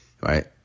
right